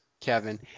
Kevin